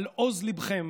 על עוז ליבכם